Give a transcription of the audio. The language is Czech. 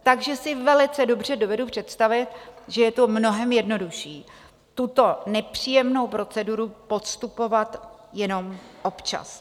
Takže si velice dobře dovedu představit, že je mnohem jednodušší tuto nepříjemnou proceduru podstupovat jenom občas.